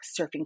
surfing